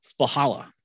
Spahala